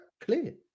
clear